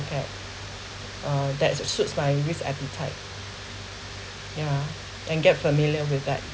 at uh that it's suits my risk appetite yeah and get familiar with that